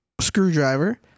screwdriver